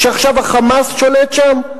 שעכשיו ה"חמאס" שולט שם?